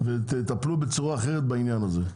ותטפלו בצורה אחרת בעניין הזה.